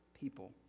people